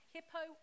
Hippo